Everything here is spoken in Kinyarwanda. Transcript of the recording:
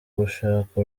gushaka